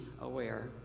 aware